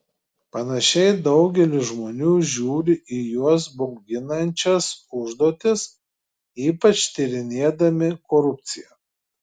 panašiai daugelis žmonių žiūri į juos bauginančias užduotis ypač tyrinėdami korupciją